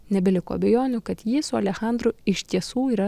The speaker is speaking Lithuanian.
nebeliko abejonių kad jį su alechandru iš tiesų yra